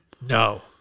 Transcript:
No